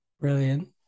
Brilliant